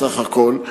בסך הכול,